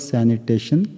Sanitation